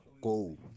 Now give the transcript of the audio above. go